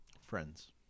Friends